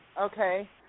okay